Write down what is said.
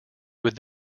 would